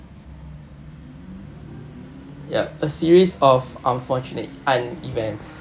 yup a series of unfortunate un~ events